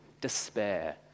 despair